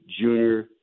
Junior